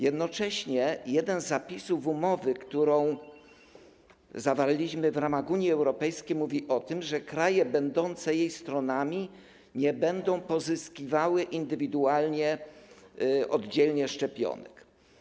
Jednocześnie jeden z zapisów umowy, którą zawarliśmy w ramach Unii Europejskiej, mówi o tym, że kraje będące jej stronami nie będą pozyskiwały indywidualnie, oddzielnie szczepionek.